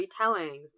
retellings